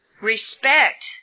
respect